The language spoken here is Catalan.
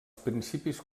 principis